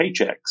paychecks